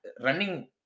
running